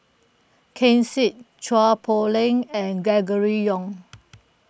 Ken Seet Chua Poh Leng and Gregory Yong